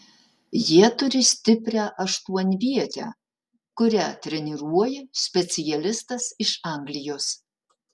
jie turi stiprią aštuonvietę kurią treniruoja specialistas iš anglijos